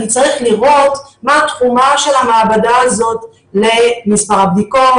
אני צריך לראות מה התרומה של המעבדה הזאת למספר הבדיקות,